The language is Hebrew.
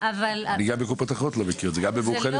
זה לא שהכול מושלם,